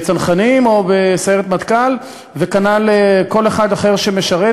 בצנחנים או בסיירת מטכ"ל, וכנ"ל כל אחד אחר שמשרת